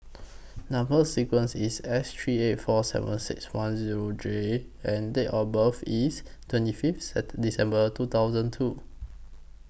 Number sequence IS S three eight four seven six one Zero J and Date of birth IS twenty Fifth At December two thousand two